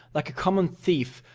like a common thief,